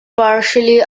partly